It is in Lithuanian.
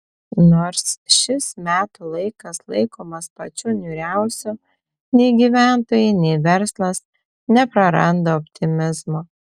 nors šis metų laikas laikomas pačiu niūriausiu nei gyventojai nei verslas nepraranda optimizmo